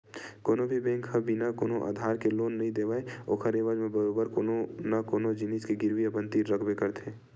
कोनो भी बेंक ह बिना कोनो आधार के लोन नइ देवय ओखर एवज म बरोबर कोनो न कोनो जिनिस के गिरवी अपन तीर रखबे करथे